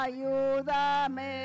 Ayúdame